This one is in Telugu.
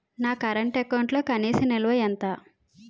నా కరెంట్ అకౌంట్లో కనీస నిల్వ ఎంత?